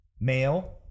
Male